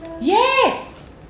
Yes